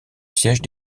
siège